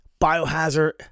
Biohazard